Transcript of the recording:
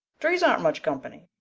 trees aren't much company,